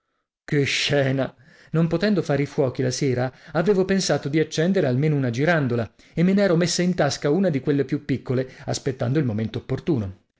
che scena non potendo fare i fuochi la sera avevo pensato di accendere almeno una girandola e me n'ero messa in tasca una di quelle più piccole aspettando il momento opportuno